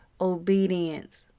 obedience